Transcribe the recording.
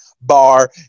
bar